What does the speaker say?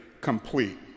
complete